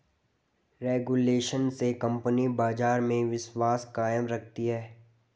regulation से company बाजार में विश्वास कायम रखती है